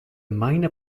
minor